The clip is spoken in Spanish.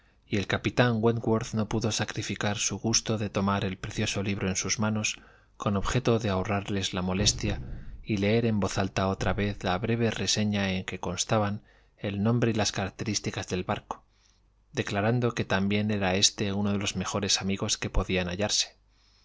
y el capitán wentworth no pudo sacrificar su gusto de tomar el precioso libro en sus manos con objeto de ahorrarles la molestia y leer en voz alta otra vez la breve reseña en que constaban el nombre y las características del barco declarando que también era éste uno de los mejores amigos que podían